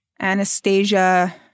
Anastasia